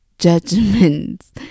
Judgments